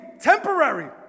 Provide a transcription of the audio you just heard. temporary